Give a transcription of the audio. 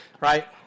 right